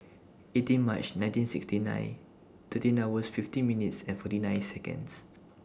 eighteen March nineteen sixty nine thirteen hours fifty minutes and forty nine Seconds